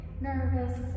nervous